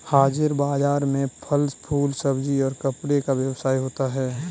हाजिर बाजार में फल फूल सब्जी और कपड़े का व्यवसाय होता है